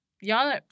y'all